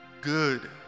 good